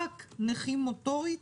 רק נכים מוטורית